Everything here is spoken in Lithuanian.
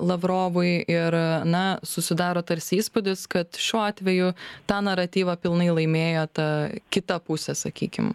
lavrovui ir na susidaro tarsi įspūdis kad šiuo atveju tą naratyvą pilnai laimėjo ta kita pusė sakykim